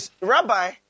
Rabbi